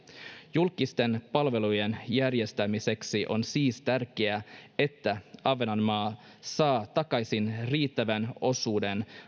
julkisten palvelujen järjestämiseksi on siis tärkeää että ahvenanmaa saa takaisin riittävän osuuden